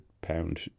pound